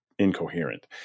incoherent